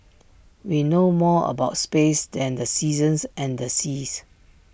we know more about space than the seasons and the seas